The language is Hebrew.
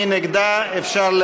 מי